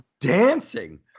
dancing